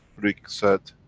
rick said,